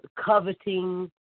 coveting